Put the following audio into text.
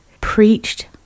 preached